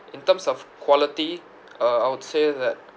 in terms of quality uh I would say that